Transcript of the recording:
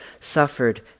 suffered